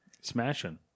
Smashing